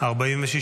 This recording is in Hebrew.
לא נתקבלה.